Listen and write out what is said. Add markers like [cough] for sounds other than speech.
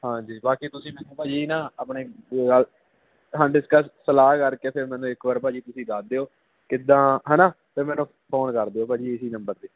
ਹਾਂਜੀ ਬਾਕੀ ਤੁਸੀਂ ਮੈਨੂੰ ਭਾਅ ਜੀ ਨਾ ਆਪਣੇ [unintelligible] ਹਾਂ ਡਿਸਕਸ ਸਲਾਹ ਕਰਕੇ ਫਿਰ ਮੈਨੂੰ ਇੱਕ ਵਾਰ ਭਾਅ ਜੀ ਤੁਸੀਂ ਦੱਸ ਦਿਓ ਕਿੱਦਾਂ ਹਨਾ ਅਤੇ ਮੈਨੂੰ ਫੋਨ ਕਰ ਦਿਓ ਭਾਅ ਜੀ ਇਸੀ ਨੰਬਰ 'ਤੇ